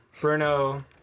Bruno